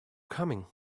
coming